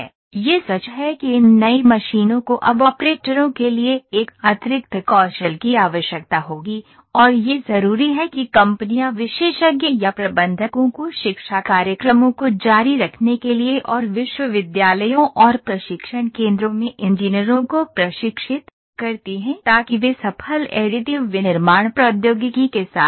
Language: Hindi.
यह सच है कि इन नई मशीनों को अब ऑपरेटरों के लिए एक अतिरिक्त कौशल की आवश्यकता होगी और यह जरूरी है कि कंपनियां विशेषज्ञ या प्रबंधकों को शिक्षा कार्यक्रमों को जारी रखने के लिए और विश्वविद्यालयों और प्रशिक्षण केंद्रों में इंजीनियरों को प्रशिक्षित करती हैं ताकि वे सफल एडिटिव विनिर्माण प्रौद्योगिकी के साथ रहें